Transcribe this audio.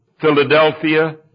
Philadelphia